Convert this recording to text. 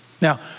Now